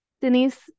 Denise